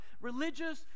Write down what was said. religious